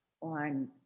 on